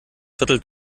viertel